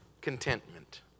Contentment